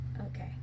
Okay